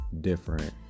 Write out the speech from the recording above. different